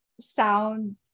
sound